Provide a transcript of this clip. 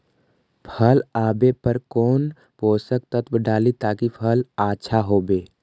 फल आबे पर कौन पोषक तत्ब डाली ताकि फल आछा होबे?